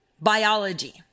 biology